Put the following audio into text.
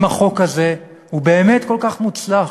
אם החוק הזה הוא באמת כל כך מוצלח,